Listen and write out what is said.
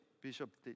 Bishop